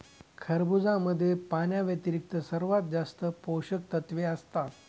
खरबुजामध्ये पाण्याव्यतिरिक्त सर्वात जास्त पोषकतत्वे असतात